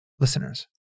Listeners